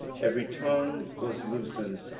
every tongue was loosened,